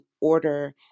order